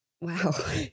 Wow